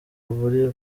bari